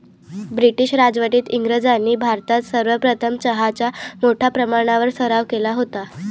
British राजवटीत इंग्रजांनी भारतात सर्वप्रथम चहाचा मोठ्या प्रमाणावर सराव केला होता